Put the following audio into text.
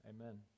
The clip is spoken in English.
amen